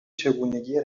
چگونگی